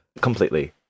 Completely